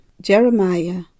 Jeremiah